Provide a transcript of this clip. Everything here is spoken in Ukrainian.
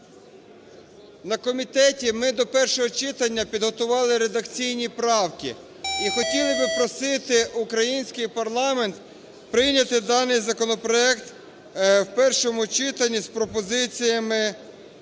на комітеті ми до першого читання підготували редакційні правки і хотіли би просити український парламент прийняти даний законопроект в першому читанні з пропозиціями